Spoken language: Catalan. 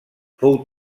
fou